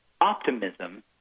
Optimism